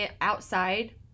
outside